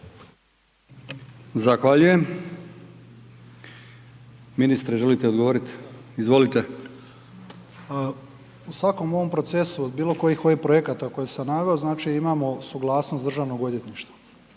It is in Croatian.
Zahvaljujem. Ministre želite odgovorit? Izvolite. **Banožić, Mario (HDZ)** U svakom ovom procesu od bilo kojih ovih projekata koje sam naveo, znači imamo suglasnost državnog odvjetništva,